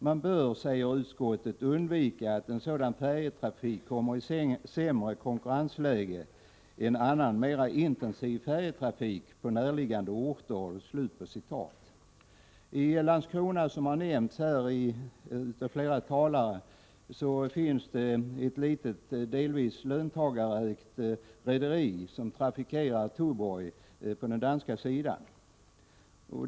Man bör söka undvika att sådan färjetrafik kommer i ett sämre konkurrensläge än annan mera intensiv färjetrafik på näraliggande orter.” I Landskrona, som har nämnts av flera talare, finns ett litet, delvis löntagarägt rederi, som trafikerar Tuborg på den danska sidan.